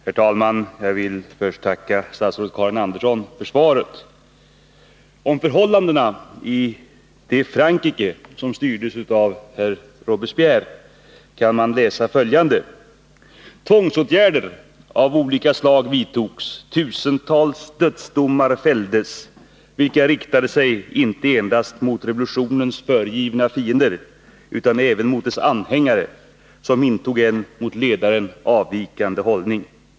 Herr talman! Jag vill först tacka statsrådet Karin Andersson för svaret. Om förhållandena i det Frankrike som styrdes av Robespierre kan man läsa följande: Tvångsåtgärder av olika slag vidtogs. Tusentals dödsdomar fälldes, vilka riktade sig inte endast mot revolutionens föregivna fiender, utan även mot dess anhängare som intog en mot ledaren avvikande hållning.